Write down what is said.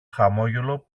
χαμόγελο